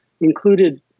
included